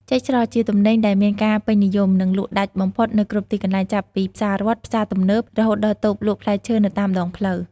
ចេកស្រស់ ជាទំនិញដែលមានការពេញនិយម និងលក់ដាច់បំផុតនៅគ្រប់ទីកន្លែង ចាប់ពីផ្សាររដ្ឋ ផ្សារទំនើប រហូតដល់តូបលក់ផ្លែឈើនៅតាមដងផ្លូវ។